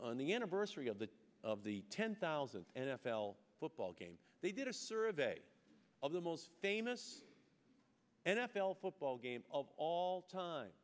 on the anniversary of the of the ten thousand and f l football game they did a survey of the most famous n f l football game of all time